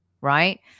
right